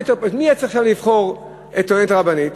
מי צריך עכשיו לבחור את הטוענת הרבנית?